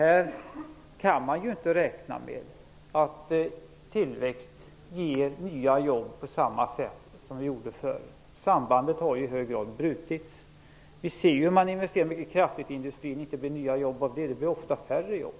Nu kan man inte räkna med att tillväxt ger nya jobb på samma sätt som förr. Sambandet har i hög grad brutits. Vi ser hur man investerar mycket kraftigt i industrin, men det blir inga nya jobb. Det blir ofta färre jobb.